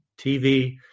TV